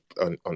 on